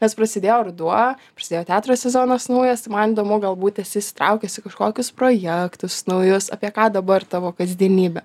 nes prasidėjo ruduo prasidėjo teatro sezonas naujas tai man įdomu galbūt esi įsitraukęs į kažkokius projektus naujus apie ką dabar tavo kasdienybė